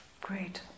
Great